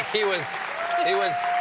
he was he was